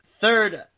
third